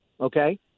okay